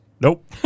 Nope